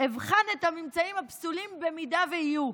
אבחן את הממצאים הפסולים, במידה שיהיו.